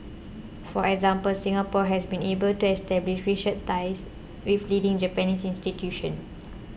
for example Singapore has been able to establish research ties with leading Japanese institutions